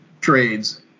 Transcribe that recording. trades